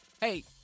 hey